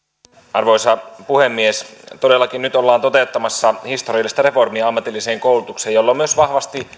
arvoisa puhemies todellakin nyt ollaan toteuttamassa historiallista reformia ammatilliseen koulutukseen ja sillä on myös vahvasti